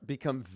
Become